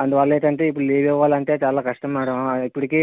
అందువల్ల ఏటంటే ఇప్పుడు లీవ్ ఇవ్వాలంటే చాలా కష్టం మేడం ఇప్పటికి